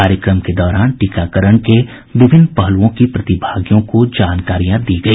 कार्यक्रम के दौरान टीकाकरण के विभिन्न पहलुओं की प्रतिभागियों को जानकारियां दी गई